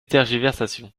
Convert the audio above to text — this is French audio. tergiversations